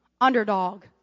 underdog